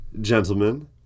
gentlemen